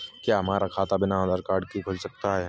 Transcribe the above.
क्या हमारा खाता बिना आधार कार्ड के खुल सकता है?